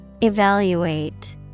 Evaluate